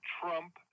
Trump